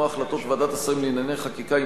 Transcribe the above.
כמו החלטות ועדת השרים לענייני חקיקה,